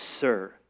Sir